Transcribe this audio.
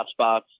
hotspots